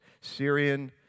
Syrian